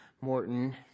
Morton